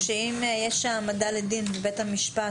משום שאם יש העמדה לדין ובית המשפט,